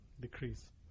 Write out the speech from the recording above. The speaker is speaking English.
Decrease